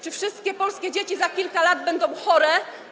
Czy wszystkie polskie dzieci za kilka lat będą chore?